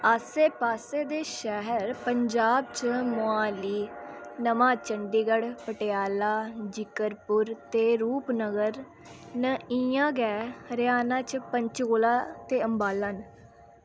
आस्से पास्से दे शैह्र पंजाब च मोहाली नमां चंडीगढ़ पटियाला जिकरपुर ते रूपनगर न इ'यां गै हरियाणा च पंचकुला ते अंबाला न